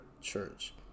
church